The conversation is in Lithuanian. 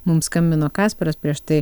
mums skambino kasparas prieš tai